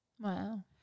Wow